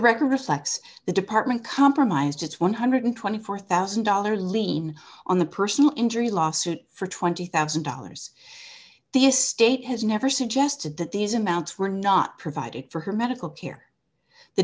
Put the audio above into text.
record reflects the department compromised its one hundred and twenty four thousand dollars lien on the personal injury lawsuit for twenty thousand dollars the estate has never suggested that these amounts were not provided for her medical care the